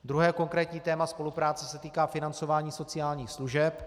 Druhé konkrétní téma spolupráce se týká financování sociálních služeb.